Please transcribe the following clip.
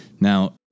now